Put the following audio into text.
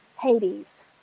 Hades